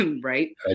right